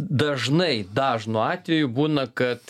dažnai dažnu atveju būna kad